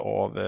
av